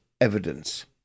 evidence